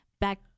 back